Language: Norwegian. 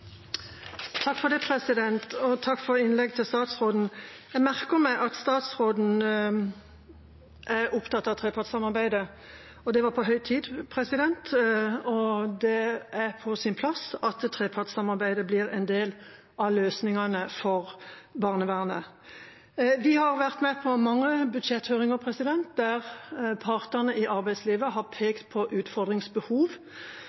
opptatt av trepartssamarbeidet. Det var på høy tid. Det er på sin plass at trepartssamarbeidet blir en del av løsningene for barnevernet. Vi har vært med på mange budsjetthøringer der partene i arbeidslivet har